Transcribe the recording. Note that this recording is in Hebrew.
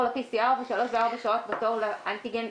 ל-PCR ושלוש וארבע שעות בתור לאנטיגן?